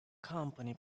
company